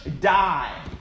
die